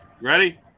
Ready